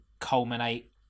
culminate